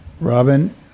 Robin